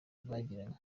bagiranye